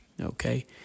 okay